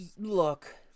Look